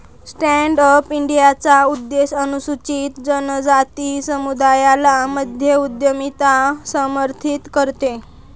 stand up इंडियाचा उद्देश अनुसूचित जनजाति समुदायाला मध्य उद्यमिता समर्थित करते